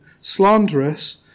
slanderous